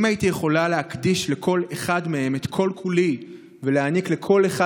אם הייתי יכולה להקדיש לכל אחד מהם את כל-כולי ולהעניק לכל אחד